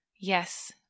Yes